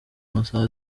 amasaha